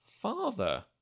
father